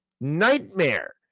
nightmare